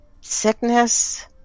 sickness